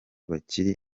bakiri